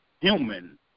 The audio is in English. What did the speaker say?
human